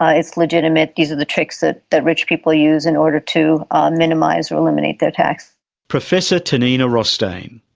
ah it's legitimate, these are the tricks that that rich people use in order to um minimise or eliminate their tax. professor tanina rostain.